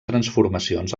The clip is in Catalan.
transformacions